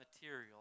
material